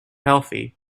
healthy